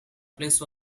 palace